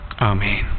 Amen